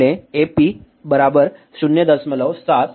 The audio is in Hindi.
मान लें ap 07